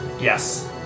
Yes